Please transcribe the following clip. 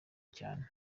cyane